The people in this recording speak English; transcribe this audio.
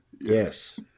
Yes